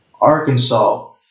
Arkansas